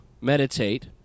meditate